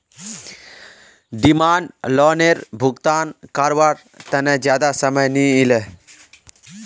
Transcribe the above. demand लोअनेर भुगतान कारवार तने ज्यादा समय नि इलोह